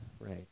right